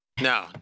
No